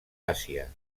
àsia